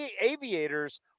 aviators